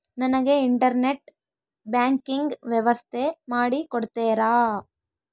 ನನಗೆ internet banking ವ್ಯವಸ್ಥೆ ಮಾಡಿ ಕೊಡ್ತೇರಾ?